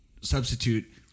substitute